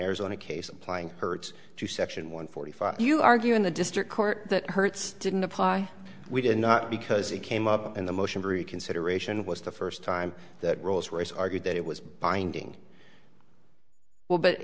arizona case applying hurts to section one forty five you argue in the district court that hurts didn't apply we did not because it came up in the motion for reconsideration was the first time that rolls royce argued that it was binding well but